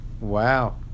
Wow